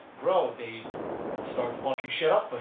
grow they start fucking shit up for